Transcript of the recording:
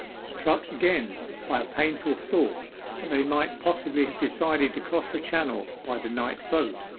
struck again by a painful thought that they might possibly have decided to cross the channel by the night-boat.